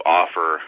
offer